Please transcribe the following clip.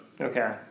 Okay